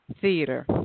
theater